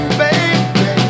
baby